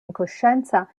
incoscienza